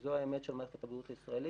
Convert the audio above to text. וזו האמת של מערכת הבריאות הישראלית.